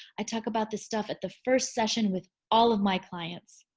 i talk about this stuff at the first session with all of my clients.